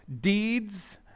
deeds